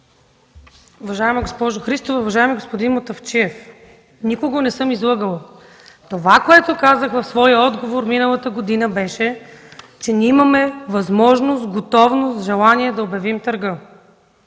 Уважаема госпожо Христова, уважаеми господин Мутафчиев! Никого не съм излъгала. Това, което казах в своя отговор миналата година, беше, че имаме възможност, готовност и желание да обявим търга.